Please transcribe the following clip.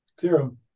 theorem